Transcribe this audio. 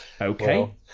okay